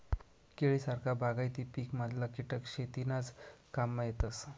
केळी सारखा बागायती पिकमधला किटक शेतीनाज काममा येतस